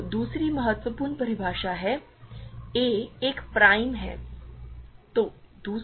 तो दूसरी महत्वपूर्ण परिभाषा है a एक प्राइम है